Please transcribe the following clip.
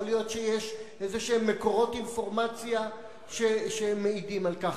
יכול להיות שיש איזשהם מקורות אינפורמציה שמעידים על כך.